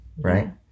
right